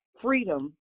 freedom